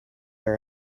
are